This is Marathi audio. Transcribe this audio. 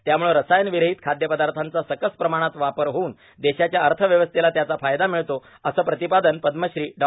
त्यामुळे रसायर्नावर्राहत खाद्यपदाथाचा सकस आहारात वापर होऊन देशाच्या अथव्यवस्थेला त्याचा फायदा मिळतो असे प्रांतपादन पद्मश्री डॉ